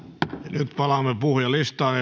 nyt palaamme puhujalistaan